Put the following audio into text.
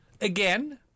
again